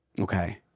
Okay